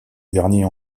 derniers